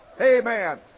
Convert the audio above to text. Amen